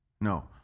No